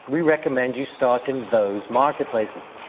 we recommend you start in those marketplaces.